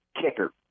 kicker